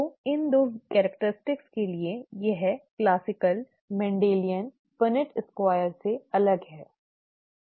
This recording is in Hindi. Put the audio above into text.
तो इन 2 विशेषताओं के लिए यह क्लासिक मेंडेलियन पुनेट स्क्वायर से अलग है